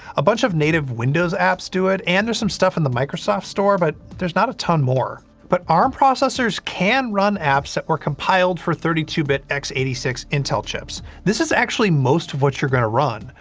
a bunch of native windows apps do it, and there's some stuff on the microsoft store, but there's not a ton more. but, arm processors can run apps that were compiled for thirty two bit x eight six intel chips. this is actually most of what you're gonna run.